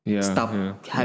stop